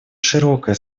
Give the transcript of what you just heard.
широкое